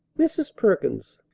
mrs. perkins,